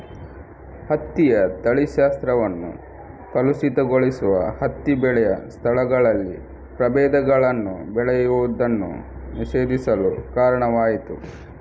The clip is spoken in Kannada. ಹತ್ತಿಯ ತಳಿಶಾಸ್ತ್ರವನ್ನು ಕಲುಷಿತಗೊಳಿಸುವ ಹತ್ತಿ ಬೆಳೆಯ ಸ್ಥಳಗಳಲ್ಲಿ ಪ್ರಭೇದಗಳನ್ನು ಬೆಳೆಯುವುದನ್ನು ನಿಷೇಧಿಸಲು ಕಾರಣವಾಯಿತು